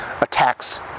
attacks